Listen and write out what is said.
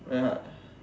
ya